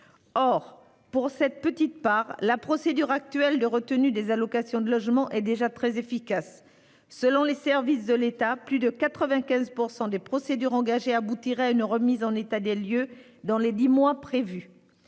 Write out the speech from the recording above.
Or, pour cette petite part, la procédure actuelle de retenue des allocations de logement est déjà très efficace : selon les services de l'État, plus de 95 % des procédures engagées aboutiraient à une remise en état dans les dix mois prévus.